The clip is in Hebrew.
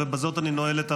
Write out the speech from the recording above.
ובזאת אני נועל את הרשימה,